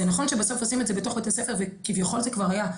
זה נכון שבסוף עושים את זה בתוך בתי ספר וכביכול זה כבר היה,